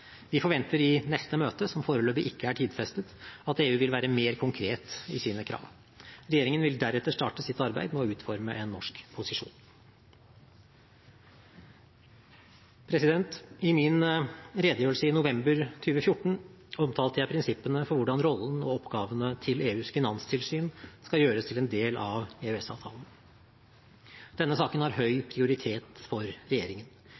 Vi forventer i neste møte, som foreløpig ikke er tidfestet, at EU vil være mer konkret i sine krav. Regjeringen vil deretter starte sitt arbeid med å utforme en norsk posisjon. I min redegjørelse i november 2014 omtalte jeg prinsippene for hvordan rollen og oppgavene til EUs finanstilsyn skal gjøres til en del av EØS-avtalen. Denne saken har høy prioritet for regjeringen.